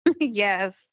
Yes